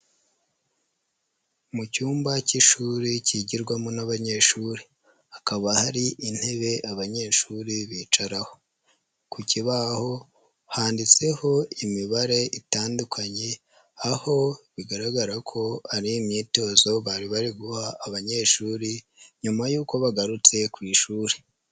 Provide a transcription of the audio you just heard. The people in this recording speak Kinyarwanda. Mu cyumba cy'ishuri cyigirwamo n'abanyeshuri, hakaba hari intebe abanyeshuri bicaraho, ku kibaho handitseho imibare itandukanye aho bigaragara ko ari imyitozo bari bari guha abanyeshuri nyuma y'uko bagarutse ku ishuri.